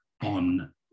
on